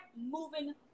moving